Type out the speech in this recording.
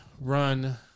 run